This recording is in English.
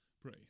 Pray